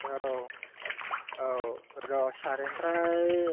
औ औ र' सार ओमफ्राय